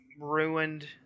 ruined